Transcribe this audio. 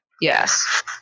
Yes